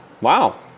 Wow